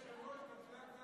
היושב-ראש, דילגת על